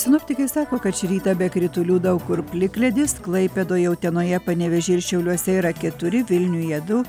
sinoptikai sako kad šį rytą be kritulių daug kur plikledis klaipėdoje utenoje panevėžyje šiauliuose yra keturi vilniuje du